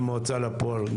גם מההוצאה לפועל,